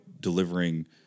delivering